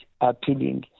appealing